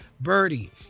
Birdie